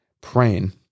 praying